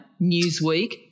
Newsweek